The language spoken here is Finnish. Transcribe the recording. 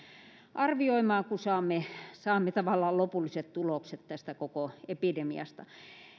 arvioimaan kun saamme saamme tavallaan lopulliset tulokset tästä koko epidemiasta